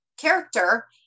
character